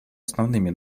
основными